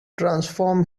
transform